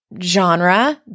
genre